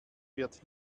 wird